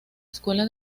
escuela